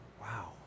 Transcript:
Wow